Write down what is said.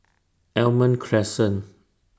Almond Crescent